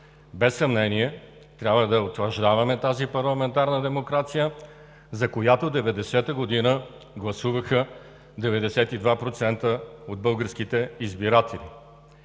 без съмнение трябва да утвърждаваме тази парламентарна демокрация, за която през 1990 г. гласуваха 92% от българските избиратели.